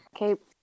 Okay